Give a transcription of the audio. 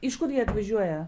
iš kur jie atvažiuoja